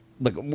look